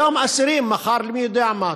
היום אסירים, מחר מי יודע מה.